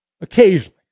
occasionally